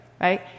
right